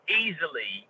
easily